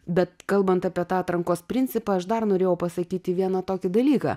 bet kalbant apie tą atrankos principą aš dar norėjau pasakyti vieną tokį dalyką